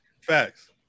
Facts